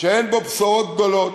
שאין בו בשורות גדולות,